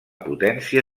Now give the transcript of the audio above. potència